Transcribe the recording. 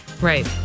Right